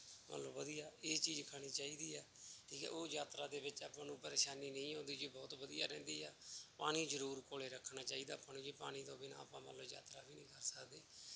ਮਤਲਬ ਵਧੀਆ ਇਹ ਚੀਜ਼ ਖਾਣੀ ਚਾਹੀਦੀ ਆ ਠੀਕ ਉਹ ਯਾਤਰਾ ਦੇ ਵਿੱਚ ਆਪਾਂ ਨੂੰ ਪਰੇਸ਼ਾਨੀ ਨਹੀਂ ਆਉਂਦੀ ਜੀ ਬਹੁਤ ਵਧੀਆ ਰਹਿੰਦੀ ਆ ਪਾਣੀ ਜ਼ਰੂਰ ਕੋਲ ਰੱਖਣਾ ਚਾਹੀਦਾ ਆਪਾਂ ਨੂੰ ਜੀ ਪਾਣੀ ਤੋਂ ਬਿਨਾਂ ਆਪਾਂ ਮੰਨ ਲਓ ਯਾਤਰਾ ਵੀ ਨਹੀਂ ਕਰ ਸਕਦੇ